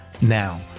Now